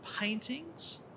paintings